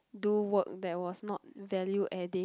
do work that was not value adding